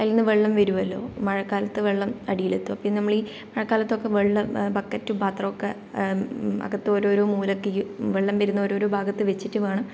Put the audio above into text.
അതിൽനിന്ന് വെള്ളം വരുമല്ലോ മഴക്കാലത്ത് വെള്ളം അടിയിലെത്തും അപ്പോൾ നമ്മൾ ഈ മഴക്കാലത്തൊക്കെ വെള്ളം ബക്കറ്റും പാത്രവും ഒക്കെ അകത്ത് ഓരോരോ മൂലയ്ക്ക് ഈ വെള്ളം വരുന്ന ഓരോരോ ഭാഗത്ത് വെച്ചിട്ട് വേണം